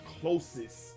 closest